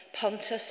Pontus